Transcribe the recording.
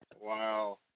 Wow